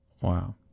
Wow